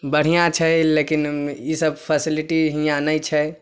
बढ़ियाँ छै लेकिन ई सभ फैसिलिटी हियाँ नहि छै